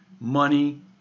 money